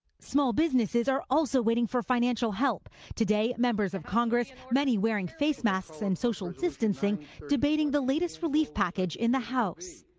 small businesses are also waiting for financial help today members of congress, many wearing face masks and social distancing debating the latest relief package in the house.